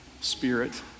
Spirit